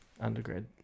undergrad